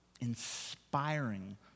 inspiring